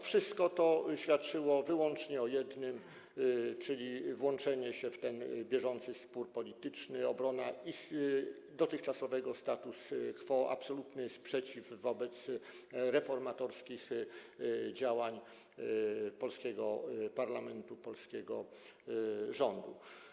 Wszystko to świadczyło wyłącznie o jednym, czyli o włączeniu się w bieżący spór polityczny, o obronie dotychczasowego status quo, absolutnym sprzeciwie wobec reformatorskich działań polskiego parlamentu, polskiego rządu.